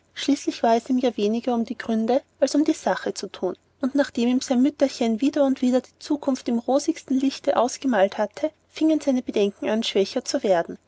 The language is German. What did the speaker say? schließlich war es ihm ja weniger um die gründe als um die sache zu thun und nachdem ihm sein mütterchen wieder und wieder die zukunft im rosigsten lichte ausgemalt hatte fingen seine bedenken an schwächer zu werden